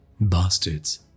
Bastards